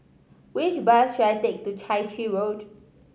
which bus should I take to Chai Chee Road